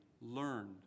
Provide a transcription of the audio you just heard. learned